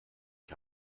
ich